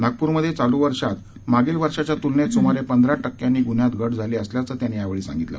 नागप्रमध्येचालूवर्षातमागीलवर्षाच्यातुलनेतसुमारेपंधराटक्क्यांनीगुन्ह्यातघटझालीअसल्याचंत्यांनीयावेळीसांगितलं